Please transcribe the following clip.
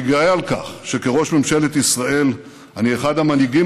אני גאה על כך שכראש ממשלת ישראל אני אחד המנהיגים